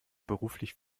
beruflich